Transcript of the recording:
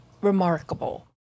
remarkable